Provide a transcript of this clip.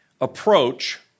approach